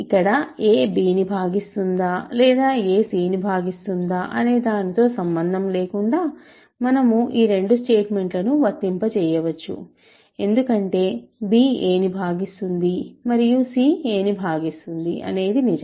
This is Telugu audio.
ఇక్కడ a b ని భాగిస్తుందా లేదా a c ను భాగిస్తుందా అనే దానితో సంబంధం లేకుండా మనము ఈ రెండు స్టేట్మెంట్లను వర్తింపజేయవచ్చు ఎందుకంటే b a ను భాగిస్తుంది మరియు c a ని భాగిస్తుంది అనేది నిజం